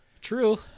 True